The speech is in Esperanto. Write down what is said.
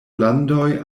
landoj